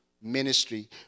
ministry